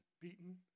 beaten